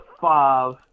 five